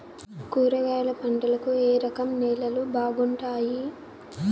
కూరగాయల పంటలకు ఏ రకం నేలలు బాగుంటాయి?